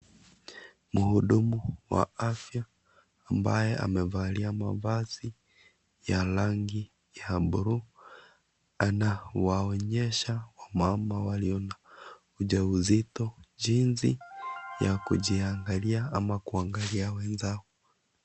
Mhudumu wa afya ambaye amevalia mavazi ya rangi ya bluu, anawaonyesha wamama walio na ujauzito jinsi ya kujiangalia ama kuangalia wenzao.